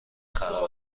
خراب